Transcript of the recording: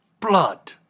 Blood